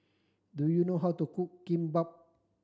do you know how to cook Kimbap